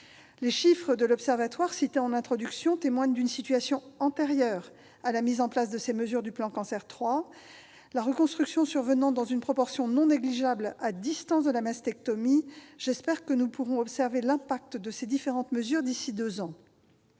Les chiffres de l'Observatoire cités en introduction témoignent d'une situation antérieure à la mise en place de ces mesures du plan Cancer III. La reconstruction survenant dans une proportion non négligeable à distance de la mastectomie, j'espère que nous pourrons observer l'effet de ces différentes mesures d'ici à deux ans.